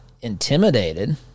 intimidated